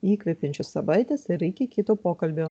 įkvepiančios savaitės ir iki kito pokalbio